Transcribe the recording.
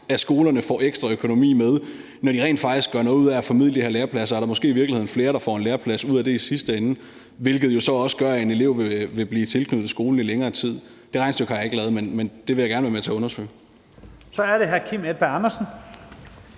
at skolerne får ekstra økonomi med, når de rent faktisk gør noget ud af at formidle de her lærepladser. Er der måske i virkeligheden flere, der får en læreplads ud af det i sidste ende, hvilket jo så også gør, at en elev vil blive tilknyttet skolen i længere tid? Det regnestykke har jeg ikke lavet, men det vil jeg gerne være med til at undersøge. Kl. 14:50 Første næstformand (Leif